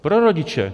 Pro rodiče.